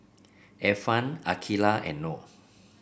Irfan Aqeelah and Noh